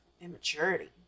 Immaturity